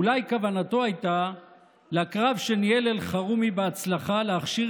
אולי כוונתו הייתה לקרב שניהל אלחרומי בהצלחה להכשיר